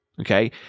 Okay